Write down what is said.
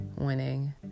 winning